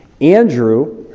Andrew